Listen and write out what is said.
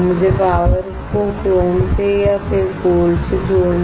मुझे पावर को क्रोम से या फिर गोल्ड से जोड़ना है